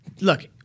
Look